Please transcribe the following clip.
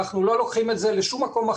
הגענו לשיא של חולים קשים,